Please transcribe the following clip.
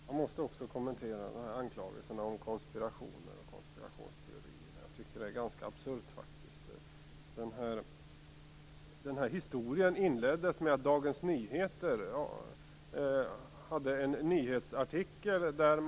Herr talman! Jag måste också kommentera anklagelserna om konspiration och konspirationsteorier. Det är ganska absurt. Denna historia inleddes med att Dagens Nyheter publicerade en nyhetsartikel om detta.